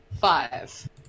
Five